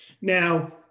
Now